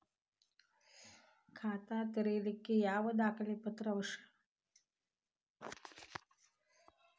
ಖಾತಾ ತೆರಿಲಿಕ್ಕೆ ಯಾವ ದಾಖಲೆ ಪತ್ರ ಅವಶ್ಯಕ?